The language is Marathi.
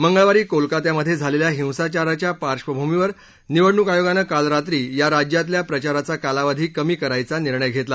मंगळवारी कोलकात्यामध्ये झालेल्या हिसाचाराच्या पार्बभूमीवर निवडणूक आयोगानं काल रात्री या राज्यातल्या प्रचाराचा कालावधी कमी करायचा निर्णय घेतला